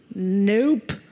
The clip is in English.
nope